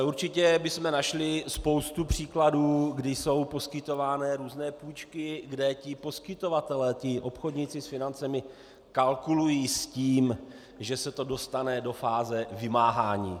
Určitě bychom našli spoustu příkladů, kdy jsou poskytovány různé půjčky, kdy poskytovatelé, obchodníci s financemi, kalkulují s tím, že se to dostane do fáze vymáhání.